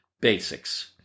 Basics